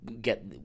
get